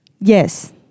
Yes